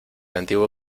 antiguo